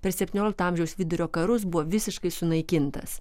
per septyniolikto amžiaus vidurio karus buvo visiškai sunaikintas